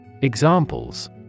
Examples